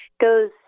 goes